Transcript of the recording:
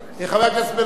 חבר הכנסת בן-ארי,